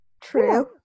True